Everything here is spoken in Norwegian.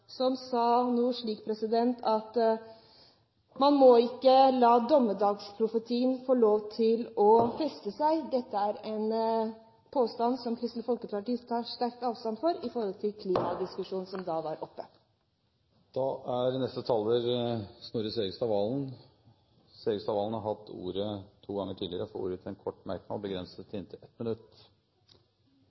som sa noe slikt som at man ikke må la dommedagsprofetiene få lov til å feste seg. Dette er en påstand som Kristelig Folkeparti tar sterkt avstand fra, med tanke på klimadiskusjonen som da var oppe. Snorre Serigstad Valen har hatt ordet to ganger tidligere og får ordet til en kort merknad, begrenset til 1 minutt.